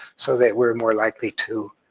so that we're more likely to